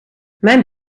mijn